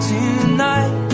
Tonight